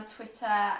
Twitter